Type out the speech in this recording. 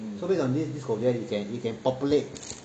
so based on this this 口诀 you can you can populate